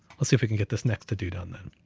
let's see if we can get this next to do done them.